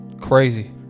crazy